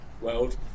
world